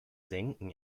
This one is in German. senken